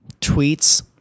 Tweets